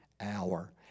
hour